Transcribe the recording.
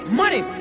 money